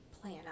plan